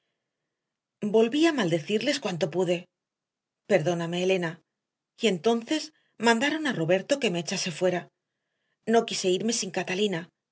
volví a maldecirles cuanto pude perdóname elena y entonces mandaron a roberto que me echase fuera no quise irme sin catalina